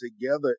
together